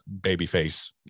babyface